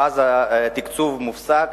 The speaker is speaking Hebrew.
ואז התקצוב מופסק,